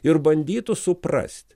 ir bandytų suprast